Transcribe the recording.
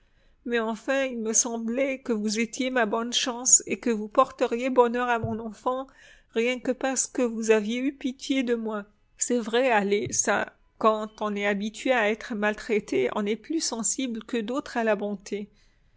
mais enfin il me semblait que vous étiez ma bonne chance et que vous porteriez bonheur à mon enfant rien que parce que vous aviez eu pitié de moi c'est vrai allez ça quand on est habitué à être maltraité on est plus sensible que d'autres à la bonté